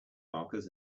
markers